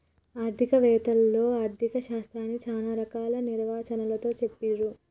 ఆర్థిక వేత్తలు ఆర్ధిక శాస్త్రాన్ని చానా రకాల నిర్వచనాలతో చెప్పిర్రు